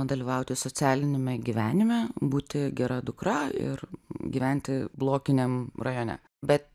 dalyvauti socialiniame gyvenime būti gera dukra ir gyventi blokiniam rajone bet